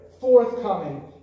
forthcoming